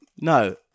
No